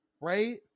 right